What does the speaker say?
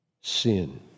sin